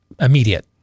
immediate